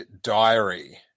diary